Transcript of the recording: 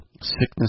sickness